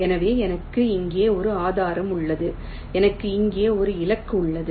எனவே எனக்கு இங்கே ஒரு ஆதாரம் உள்ளது எனக்கு இங்கே ஒரு இலக்கு உள்ளது